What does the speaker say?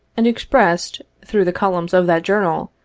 and expressed through the columns of that journal,